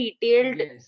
detailed